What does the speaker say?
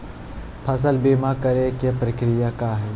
फसल बीमा करे के प्रक्रिया का हई?